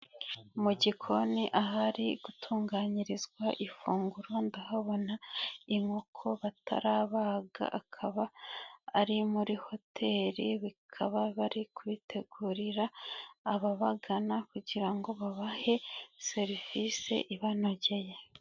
Mu gikoni ahari gutunganyirizwa ifunguro ndahabona inkoko batarabaga, akaba ari muri hoteri, bikaba bari kubitegurira ababagana kugira ngo babahe serivisi ibanogeye.